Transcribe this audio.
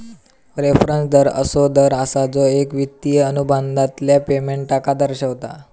reference दर असो दर असा जो एक वित्तिय अनुबंधातल्या पेमेंटका दर्शवता